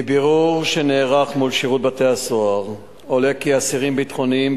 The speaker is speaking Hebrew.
מבירור שנערך מול שירות בתי-הסוהר עולה כי אסירים ביטחוניים,